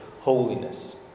holiness